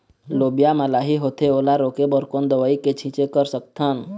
लोबिया मा लाही होथे ओला रोके बर कोन दवई के छीचें कर सकथन?